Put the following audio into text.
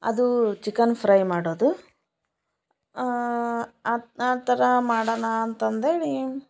ಅದು chicken fry ಮಾಡೋದು ಅದು ಆ ಥರ ಮಾಡೋಣ ಅಂತಂದೇಳಿ